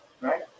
right